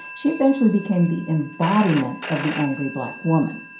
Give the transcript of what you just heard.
she eventually became the embodiment of the angry black woman.